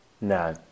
No